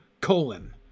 colon